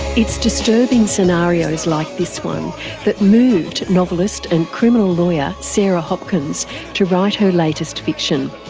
it's disturbing scenarios like this one that moved novelist and criminal lawyer sarah hopkins to write her latest fiction.